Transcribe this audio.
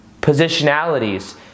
positionalities